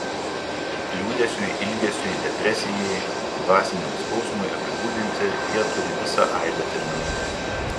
liūdesiui ilgesiui depresijai dvasiniam skausmui apibūdinti jie turi visą aibę terminų